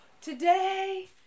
today